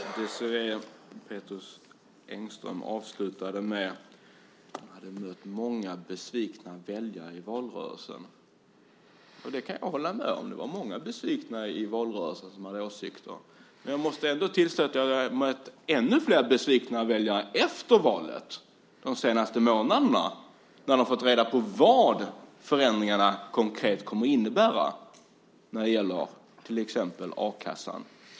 Herr talman! Désirée Pethrus Engström avslutade med att hon hade mött många besvikna väljare i valrörelsen. Jag kan hålla med om att det var många besvikna i valrörelsen som hade åsikter. Men jag måste ändå säga att det finns ännu flera besvikna väljare efter valet, de senaste månaderna, när de har fått reda på vad förändringarna konkret kommer att innebära när det gäller till exempel a-kassan.